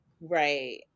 Right